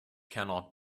cannot